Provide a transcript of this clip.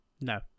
No